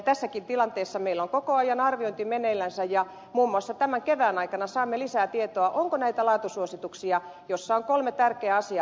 tässäkin tilanteessa meillä on koko ajan arviointi meneillänsä ja muun muassa tämän kevään aikana saamme lisää tietoa onko nämä laatusuositukset joissa on kolme tärkeää asiaa